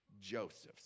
Joseph's